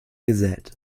gesät